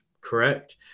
correct